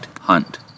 hunt